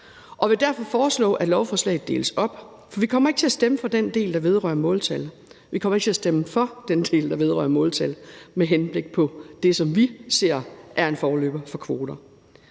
og vil derfor foreslå, at lovforslaget deles op, for vi kommer ikke til at stemme for den del, der vedrører måltal med henblik på det, som vi ser er en forløber for kvoter.